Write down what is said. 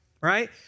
Right